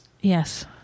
Yes